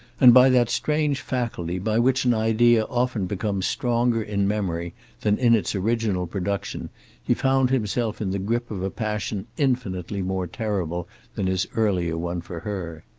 and by that strange faculty by which an idea often becomes stronger in memory than in its original production he found himself in the grip of a passion infinitely more terrible than his earlier one for her.